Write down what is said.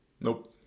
Nope